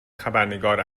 خبرنگار